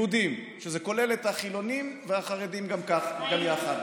יהודים, זה כולל את החילונים והחרדים גם יחד.